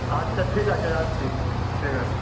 আচ্চা ঠিক আচে রাখছি ঠিক আছে